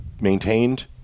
maintained